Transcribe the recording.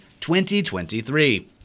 2023